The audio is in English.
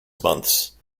months